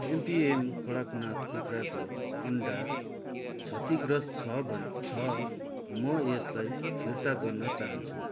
MPM Kadaknath कुखुराको अन्डा क्षतिग्रस्त छ भन् छ म यसलाई फिर्ता गर्न चाहन्छु